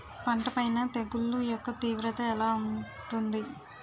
పంట పైన తెగుళ్లు యెక్క తీవ్రత ఎలా ఉంటుంది